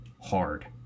hard